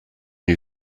new